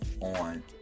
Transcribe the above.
on